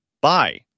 Bye